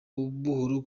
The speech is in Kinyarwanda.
buhoro